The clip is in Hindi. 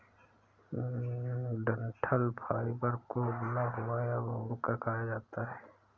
डंठल फाइबर को उबला हुआ या भूनकर खाया जाता है